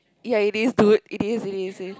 ya it is dude it is it is